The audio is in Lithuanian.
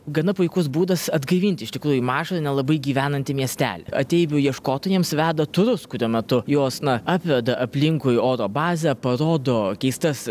gana puikus būdas atgaivinti iš tikrųjų mažą nelabai gyvenantį miestelį ateivių ieškotojams veda turus kurių metu juos na apveda aplinkui oro bazę parodo keistas